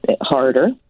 harder